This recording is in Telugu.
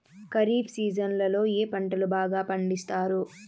ఖరీఫ్ సీజన్లలో ఏ పంటలు బాగా పండిస్తారు